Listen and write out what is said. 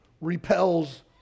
repels